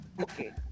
okay